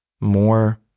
more